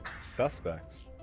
Suspects